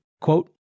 Quote